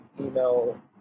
email